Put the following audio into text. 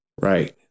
Right